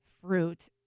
fruit